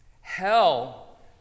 Hell